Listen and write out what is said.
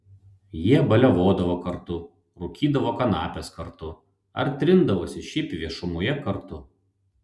jie baliavodavo kartu rūkydavo kanapes kartu ar trindavosi šiaip viešumoje kartu